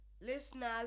Listeners